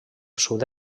sud